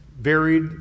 varied